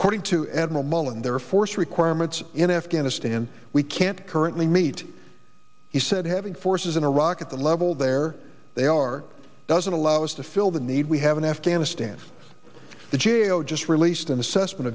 according to admiral mullen there are force requirements in afghanistan we can't currently meet he said having forces in iraq at the level there they are doesn't allow us to fill the need we have in afghanistan the g a o just released an assessment